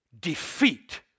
defeat